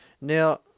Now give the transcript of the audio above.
Now